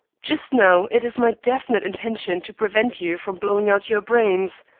just now it is my definite intention to prevent you from blowing out your brains,